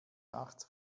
nachts